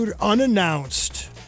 unannounced